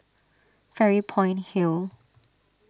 Fairy Point Hill